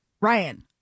Ryan